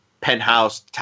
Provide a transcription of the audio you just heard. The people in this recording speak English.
penthouse